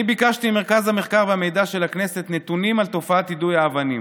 אני ביקשתי ממרכז המחקר והמידע של הכנסת נתונים על תופעת יידוי האבנים.